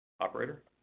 Operator